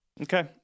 Okay